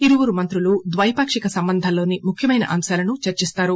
ఇరువురు మంత్రులు ద్వైపాకిక సంబంధాల్లోని ముఖ్యమైన అంశాలను చర్చిస్తారు